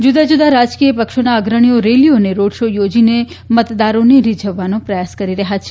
જુદા જુદા રાજકીય પક્ષોના અગ્રણીઓ રેલીઓ અને રોડ શો યોજીને મતદારોને રીઝવવાનો પ્રયાસ કરી રહ્યા છે